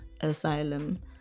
asylum